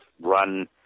run